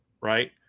Right